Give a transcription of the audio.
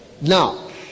now